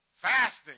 Fasting